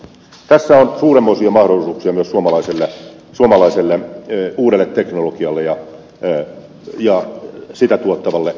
tässä on suurenmoisia mahdollisuuksia myös suomalaiselle uudelle teknologialle ja sitä tuottavalle teollisuudelle